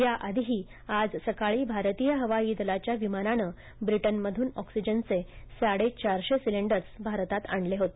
याआधीही आज सकाळी भारतीय हवाई दलाच्या विमानानं ब्रिटनमधून ऑक्सिजनचे साडे चारशे सिलेंडर्स भारतात आणले होते